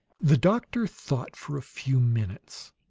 the doctor thought for a few minutes.